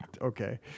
okay